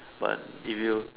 but if you